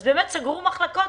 אז באמת סגרו מחלקות,